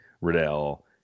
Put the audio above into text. Riddell